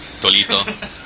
Tolito